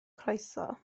croeso